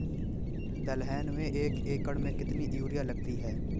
दलहन में एक एकण में कितनी यूरिया लगती है?